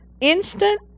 instant